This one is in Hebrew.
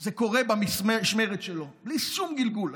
זה קורה במשמרת שלו, בלי שום גלגול.